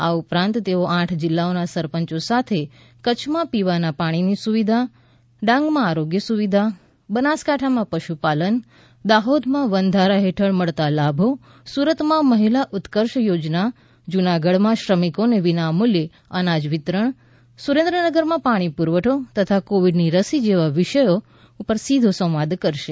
આ ઉપરાંત તેઓ આઠ જિલ્લાઓના સરપંચો સાથે કચ્છમાં પીવાના પાણીની સુવિધા ડાંગમાં આરોગ્ય સુવિધા બનાસકાંઠામાં પશુપાલન દાહોદમાં વનધારા હેઠળ મળતા લાભો સુરતમાં મહિલા ઉત્કર્ષ યોજના જૂનાગઢમાં શ્રમિકોને વિનામૂલ્યે અનાજ વિતરણ સુરેન્દ્રનગરમાં પાણી પુરવઠો તથા કોવિડની રસી જેવા વિવિધ વિષયો ઉપર સીધો સંવાદ કરશે